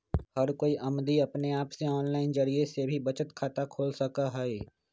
हर कोई अमदी अपने आप से आनलाइन जरिये से भी बचत खाता खोल सका हई